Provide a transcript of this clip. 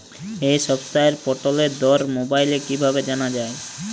এই সপ্তাহের পটলের দর মোবাইলে কিভাবে জানা যায়?